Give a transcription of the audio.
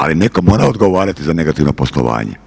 Ali netko mora odgovarati za negativno poslovanje.